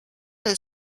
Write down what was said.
del